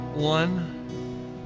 One